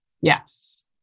Yes